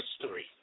history